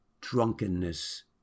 drunkenness